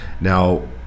Now